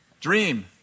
Dream